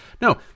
no